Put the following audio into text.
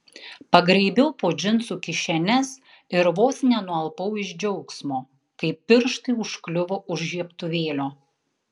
pagraibiau po džinsų kišenes ir vos nenualpau iš džiaugsmo kai pirštai užkliuvo už žiebtuvėlio